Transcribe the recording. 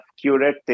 curate